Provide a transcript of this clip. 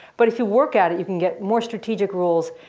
but if you work at it you can get more strategic rules.